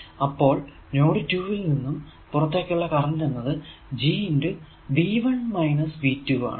അപ്പോൾ നോഡ് 2 ൽ നിന്നും പുറത്തേക്കുള്ള കറന്റ് എന്നത് G ആണ്